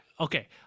Okay